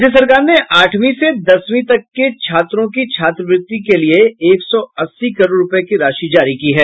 राज्य सरकार ने आठवीं से दसवीं तक के छात्रों की छात्रवृत्ति लिये एक सौ अस्सी करोड़ रूपये की राशि जारी की है